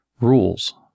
rules